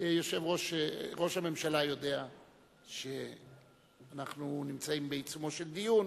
ראש הממשלה יודע שאנחנו נמצאים בעיצומו של דיון